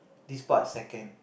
this part is second